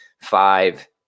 five